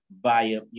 via